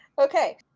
Okay